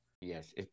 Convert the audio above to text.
Yes